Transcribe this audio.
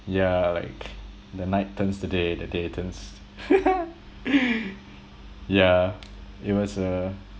yeah like the night turns to day the day turns yeah it was a